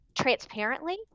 transparently